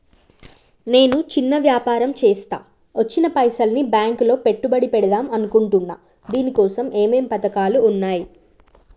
నేను చిన్న వ్యాపారం చేస్తా వచ్చిన పైసల్ని బ్యాంకులో పెట్టుబడి పెడదాం అనుకుంటున్నా దీనికోసం ఏమేం పథకాలు ఉన్నాయ్?